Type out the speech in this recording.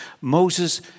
Moses